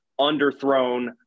underthrown